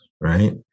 right